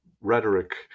rhetoric